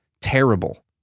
terrible